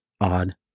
odd